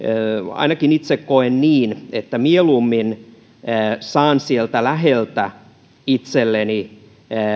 ainakin itse koen että mieluummin saan sieltä läheltä itselleni